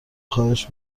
خواهش